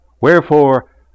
Wherefore